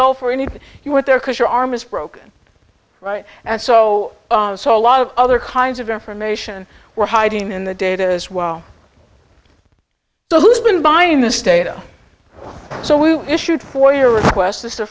go for anything you were there because your arm is broken right and so so a lot of other kinds of information we're hiding in the data as well so who's been buying this data so we issued for your request this